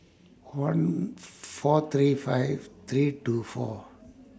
one four three five three two four